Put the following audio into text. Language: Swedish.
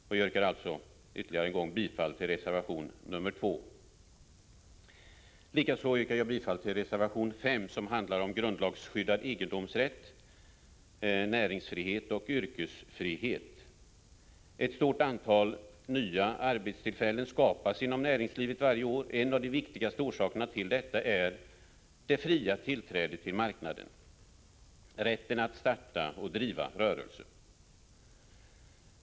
Jag yrkar alltså ytterligare en gång bifall till reservation 2. Likaså yrkar jag bifall till reservation 5, som handlar om grundlagsskyddad egendomsrätt, näringsfrihet och yrkesfrihet. Ett stort antal nya arbetstillfällen skapas inom näringslivet varje år. En av de viktigaste orsakerna till detta är det fria tillträdet till marknaden, rätten att starta och driva rörelse.